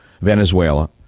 Venezuela